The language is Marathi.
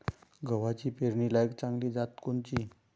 गव्हाची पेरनीलायक चांगली जात कोनची?